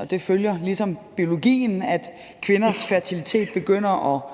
og det følger ligesom biologien, at kvinders fertilitet begynder at